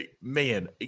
Man